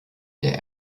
der